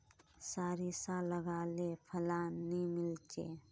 सारिसा लगाले फलान नि मीलचे?